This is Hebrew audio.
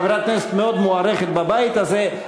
חברת כנסת מאוד מוערכת בבית הזה,